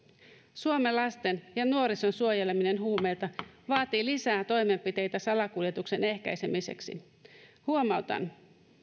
suomen lasten ja nuorison suojeleminen huumeilta vaatii lisää toimenpiteitä salakuljetuksen ehkäisemiseksi huomautan